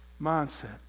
mindset